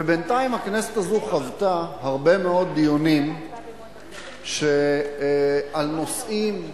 ובינתיים הכנסת הזו חוותה הרבה מאוד דיונים על נושאים לאומיים,